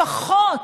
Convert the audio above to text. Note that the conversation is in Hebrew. לפחות,